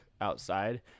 outside